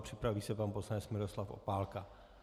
Připraví se pan poslanec Miroslav Opálka.